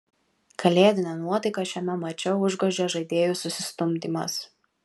kalėdinę nuotaiką šiame mače užgožė žaidėjų susistumdymas